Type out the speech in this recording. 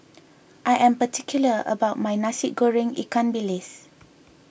I am particular about my Nasi Goreng Ikan Bilis